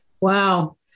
wow